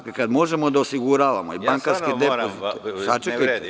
Kada možemo da osiguravamo bankarske depozite…